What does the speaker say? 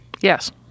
yes